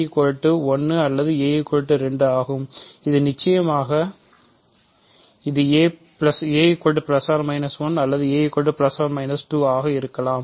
a 1 அல்லது a 2 ஆகும் அது அல்லது நிச்சயமாக இது ஆக இருக்கலாம்